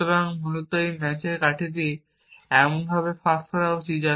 সুতরাং মূলত এই ম্যাচের কাঠিটি এমনভাবে ফাঁস করা উচিত